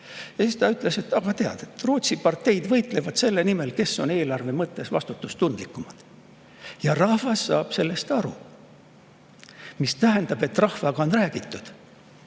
Ta ütles, et Rootsi parteid võitlevad selle nimel, kes on eelarve mõttes vastutustundlikum. Ja rahvas saab sellest aru. See tähendab, et rahvaga on räägitud,